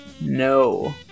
No